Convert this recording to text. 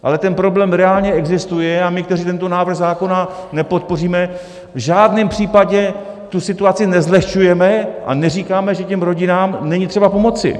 Ale ten problém reálně existuje a my, kteří tento návrh zákona nepodpoříme, v žádném případě tu situaci nezlehčujeme a neříkáme, že těm rodinám není třeba pomoci.